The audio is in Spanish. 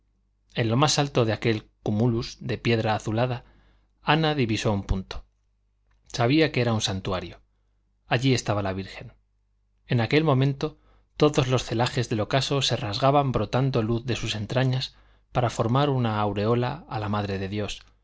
en lo más alto de aquel cumulus de piedra azulada ana divisó un punto sabía que era un santuario allí estaba la virgen en aquel momento todos los celajes del ocaso se rasgaban brotando luz de sus entrañas para formar una aureola a la madre de dios